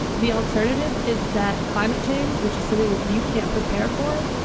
the alternative is that climate change, which is something that you can't prepare for,